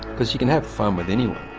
because you can have fun with anyone.